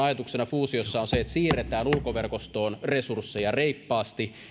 ajatuksena fuusiossa että siirretään ulkoverkostoon resursseja reippaasti